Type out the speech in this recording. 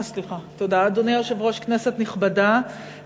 כנסת נכבדה,